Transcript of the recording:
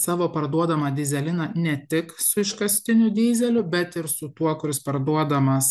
savo parduodamą dyzeliną ne tik su iškastiniu dyzeliu bet ir su tuo kuris parduodamas